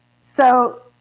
So-